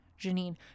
Janine